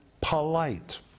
polite